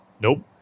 Nope